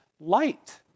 light